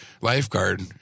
lifeguard